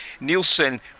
Nielsen